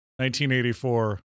1984